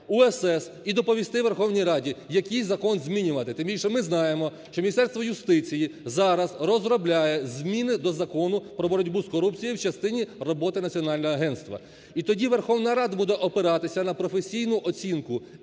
"УСС" і доповісти Верховній Раді, який закон змінювати. Тим більше, що ми знаємо, що Міністерство юстиції зараз розробляє зміни до Закону про боротьбу з корупцією в частині роботи національного агентства. І тоді Верховна Рада буде опиратися на професійну оцінку,